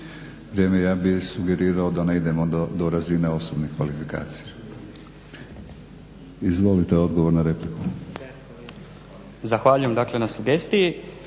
Vrijeme. Ja bih sugerirao da ne idemo do razine osobnih kvalifikacija. Izvolite, odgovor na repliku. **Liović, Darko** Zahvaljujem dakle na sugestiji.